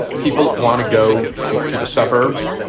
ah people want to go to to the suburbs.